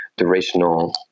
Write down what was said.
durational